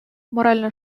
моральна